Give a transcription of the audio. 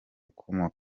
ukomeye